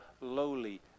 lowly